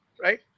right